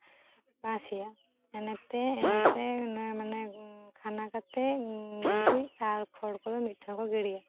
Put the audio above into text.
ᱵᱟᱝ ᱥᱮᱭᱟᱜᱼᱟ ᱢᱟᱱᱮᱛᱮ ᱤᱱᱟᱹᱛᱮ ᱤᱱᱟᱹ ᱢᱟᱱᱮ ᱠᱷᱟᱱᱟ ᱠᱟᱛᱮ ᱜᱩᱨᱤᱡ ᱟᱨ ᱠᱷᱚᱲ ᱠᱚᱫᱚ ᱢᱤᱫ ᱴᱷᱮᱱ ᱠᱚ ᱜᱤᱲᱤᱭᱟ